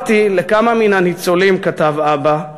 "אמרתי לכמה מן הניצולים", כתב אבא,